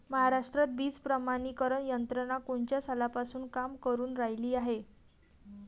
महाराष्ट्रात बीज प्रमानीकरण यंत्रना कोनच्या सालापासून काम करुन रायली हाये?